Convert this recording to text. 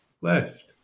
left